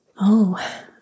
Oh